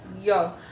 Yo